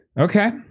Okay